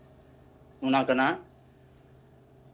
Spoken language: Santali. ᱚᱱᱟ ᱠᱟᱱᱟ